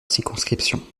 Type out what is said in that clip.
circonscription